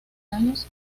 años